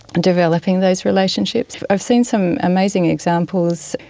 and developing those relationships. i've seen some amazing examples.